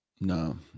no